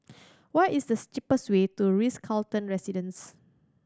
what is the cheapest way to The Ritz Carlton Residences